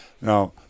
Now